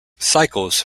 cycles